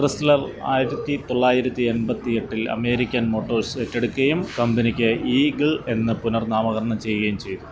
Chrysler ആയിരത്തി തൊള്ളായിരത്തി എൺപത്തിയെട്ടിൽ അമേരിക്കൻ മോട്ടോഴ്സ് ഏറ്റെടുക്കുകയും കമ്പനിക്ക് ഈഗിൾ എന്ന് പുനർനാമകരണം ചെയ്യുകയും ചെയ്തു